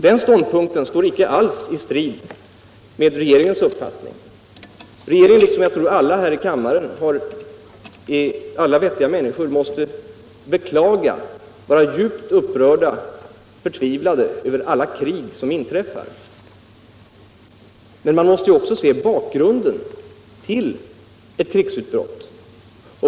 Min ståndpunkt står inte alls i strid med regeringens uppfattning. Regeringen liksom jag tror alla här i kammaren och alla vettiga människor måste beklaga och vara djupt upprörda och förtvivlade över alla krig som inträffar. Men man måste också se på bakgrunden till ett krigsutbrott.